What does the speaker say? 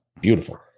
beautiful